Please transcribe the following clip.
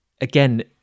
again